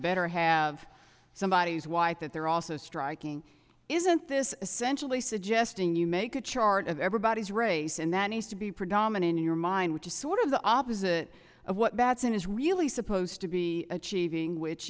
better have somebody who's white that they're also striking isn't this essentially suggesting you make a chart of everybody's race and that needs to be predominant in your mind which is sort of the opposite of what batson is really supposed to be achieving which